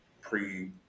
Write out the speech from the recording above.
pre